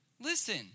listen